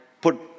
put